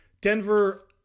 Denver